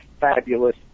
fabulous